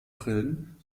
brillen